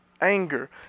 anger